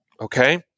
Okay